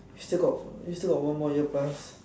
still got still got one more year plus